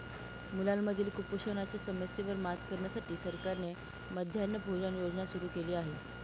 मुलांमधील कुपोषणाच्या समस्येवर मात करण्यासाठी सरकारने मध्यान्ह भोजन योजना सुरू केली आहे